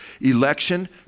Election